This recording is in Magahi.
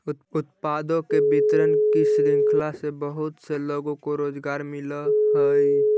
उत्पादों के वितरण की श्रृंखला से बहुत से लोगों को रोजगार मिलअ हई